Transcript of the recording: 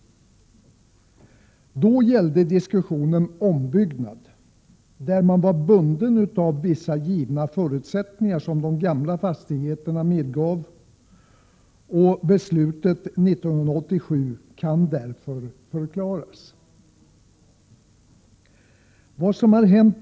Då gällde diskussionen ombyggnad där man var bunden av vissa givna förutsättningar i fråga om de gamla fastigheterna. Detta var bakgrunden till 1987 års beslut.